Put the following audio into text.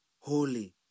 holy